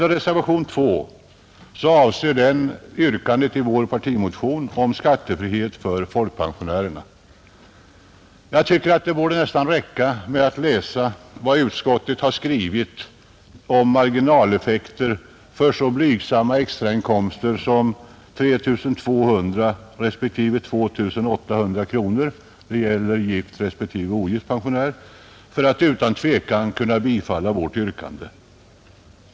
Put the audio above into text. Reservationen 2 avser yrkandet i vår partimotion om skattefrihet för folkpensionärerna, Jag tycker att det nästan borde räcka med att läsa vad utskottet har skrivit om marginaleffekterna för så blygsamma extrainkomster som 3 200 respektive 2 800 kronor — det gäller gift respektive ogift pensionär — för att utan tvekan kunna biträda vårt yrkande.